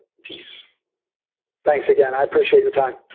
peace thanks again. i appreciate your time